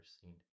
seen